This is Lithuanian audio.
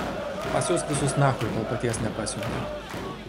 pasiųsk visus nachui kol paties nepasiuntė